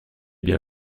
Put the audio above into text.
bien